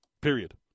period